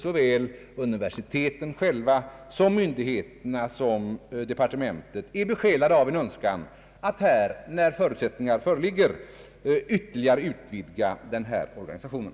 Såväl universiteten själva som myndigheterna och departementet är besjälade av en önskan att när förutsättningar föreligger ytterligare utvidga denna organisation.